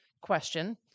question